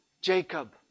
Jacob